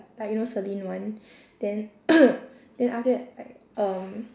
like you know selene [one] then then after that like um